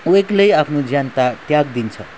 ऊ एक्लै आफ्नो ज्यान त्याग् त्यागिदिन्छ